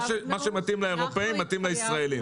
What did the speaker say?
מה שמתאים לאירופאים, מתאים לישראלים.